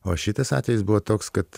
o šitas atvejis buvo toks kad